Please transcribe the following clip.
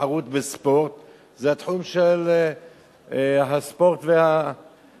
תחרות בספורט זה התחום של הספורט והתרבות.